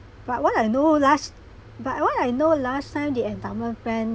but what I know last but what I know last time the endowment plan